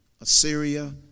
Assyria